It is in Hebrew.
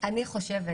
הנושא